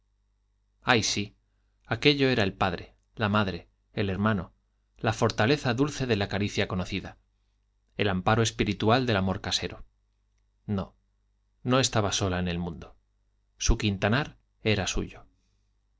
ay sí aquello era el padre la madre el hermano la fortaleza dulce de la caricia conocida el amparo espiritual del amor casero no no estaba sola en el mundo su quintanar era suyo